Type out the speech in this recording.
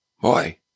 Boy